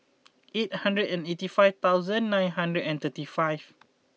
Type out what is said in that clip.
eight hundred and eighty five thousand nine hundred and thirty five